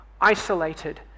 isolated